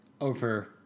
over